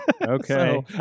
Okay